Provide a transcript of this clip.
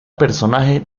personaje